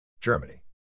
Germany